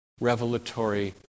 revelatory